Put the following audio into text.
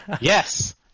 yes